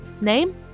Name